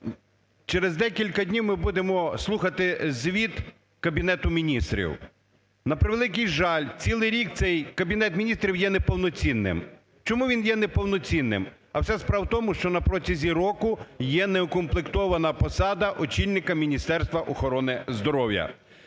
Через декілька днів ми будемо слухати Кабінету Міністрів. На превеликий жаль, цілий рік цей Кабінет Міністрів є неповноцінним. Чому він є неповноцінним? А вся справа в тому, що протягом року є неукомплектована посада очільника Міністерства охорони здоров'я.